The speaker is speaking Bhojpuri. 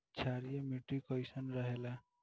क्षारीय मिट्टी कईसन रहेला?